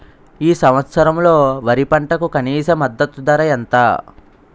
ఈ సంవత్సరంలో వరి పంటకు కనీస మద్దతు ధర ఎంత?